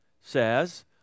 says